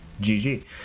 gg